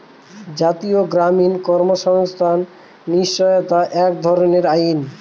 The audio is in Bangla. জাতীয় গ্রামীণ কর্মসংস্থান নিশ্চয়তা এক ধরনের আইন